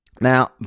Now